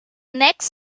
next